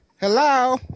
Hello